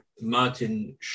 Martin